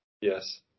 yes